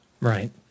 Right